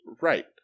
Right